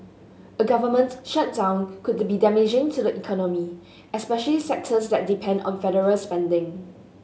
a government shutdown could be damaging to the economy especially sectors that depend on federal spending